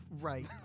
Right